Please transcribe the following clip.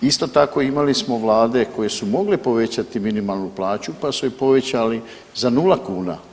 Isto tako imali smo vlade koje su mogle povećati minimalnu plaću pa su je povećali za 0 kuna.